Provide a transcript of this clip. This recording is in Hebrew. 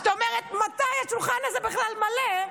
זאת אומרת, מתי השולחן הזה בכלל מלא,